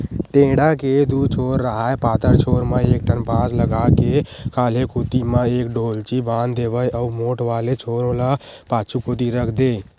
टेंड़ा के दू छोर राहय पातर छोर म एक ठन बांस लगा के खाल्हे कोती म एक डोल्ची बांध देवय अउ मोठ वाले छोर ल पाछू कोती रख देय